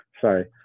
sorry